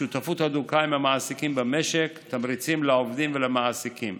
שותפות הדוקה עם המעסיקים במשק ותמריצים לעובדים ולמעסיקים.